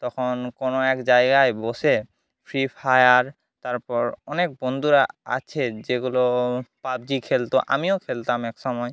তখন কোনো এক জায়গায় বসে ফ্রি ফায়ার তারপর অনেক বন্ধুরা আছে যেগুলো পাবজি খেলতো আমিও খেলতাম একসময়